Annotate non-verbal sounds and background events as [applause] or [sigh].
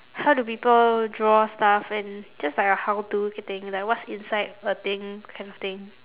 how do people draw stuff and just like a how to [noise] thing like what's inside a thing kind of thing